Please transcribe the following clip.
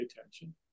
attention